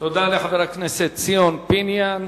תודה לחבר הכנסת ציון פיניאן.